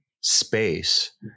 space